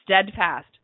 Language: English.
steadfast